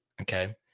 okay